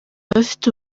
abafite